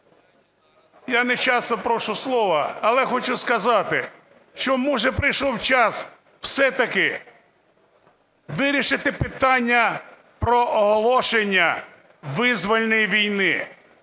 я не часто прошу слова, але хочу сказати, що може прийшов час все-таки вирішити питання про оголошення визвольної війни.